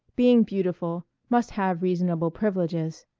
being beautiful, must have reasonable privileges.